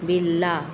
Birla